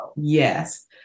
Yes